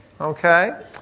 okay